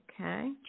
Okay